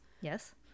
yes